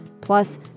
Plus